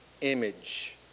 image